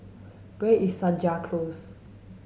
where is Senja Close